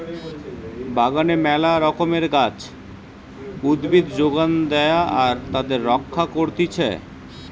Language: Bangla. বাগানে মেলা রকমের গাছ, উদ্ভিদ যোগান দেয়া আর তাদের রক্ষা করতিছে